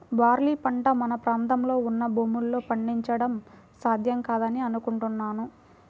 barley పంట మన ప్రాంతంలో ఉన్న భూముల్లో పండించడం సాధ్యం కాదని అనుకుంటున్నాను